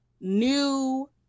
new